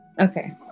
Okay